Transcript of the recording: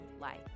life